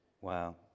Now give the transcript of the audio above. wow